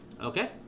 Okay